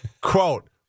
Quote